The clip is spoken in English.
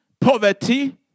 poverty